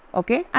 okay